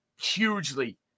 hugely